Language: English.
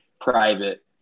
private